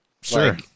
Sure